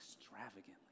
extravagantly